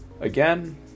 Again